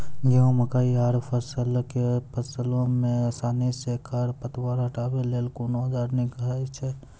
गेहूँ, मकई आर सरसो के फसल मे आसानी सॅ खर पतवार हटावै लेल कून औजार नीक है छै?